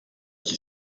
qui